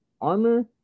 armor